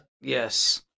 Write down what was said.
Yes